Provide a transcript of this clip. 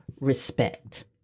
respect